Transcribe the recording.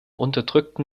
unterdrückten